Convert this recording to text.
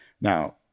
Now